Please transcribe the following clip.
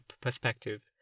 perspective